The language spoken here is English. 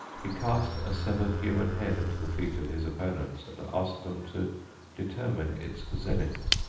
he cast a severed human head at the feet of his opponents and asked them to determine its zenith,